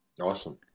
Awesome